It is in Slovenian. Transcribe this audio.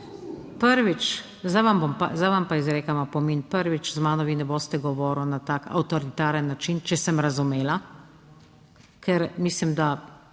pa, zdaj vam pa izrekam opomin, prvič, z mano vi ne boste govoril na tak avtoritaren način, če sem razumela, ker mislim, da